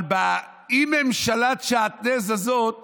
אבל בממשלת שעטנז הזאת